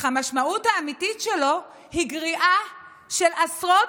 אך המשמעות האמיתית שלו היא גריעה של עשרות